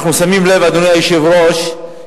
אדוני היושב-ראש,